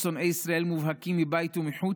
שונאי ישראל מובהקים מבית ומחוץ,